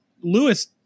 lewis